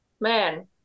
man